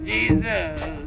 Jesus